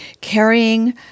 carrying